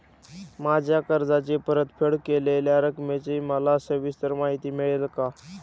माझ्या कर्जाची परतफेड केलेल्या रकमेची मला सविस्तर माहिती मिळेल का?